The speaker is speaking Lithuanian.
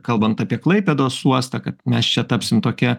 kalbant apie klaipėdos uostą kad mes čia tapsim tokia